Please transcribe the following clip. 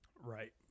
Right